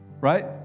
Right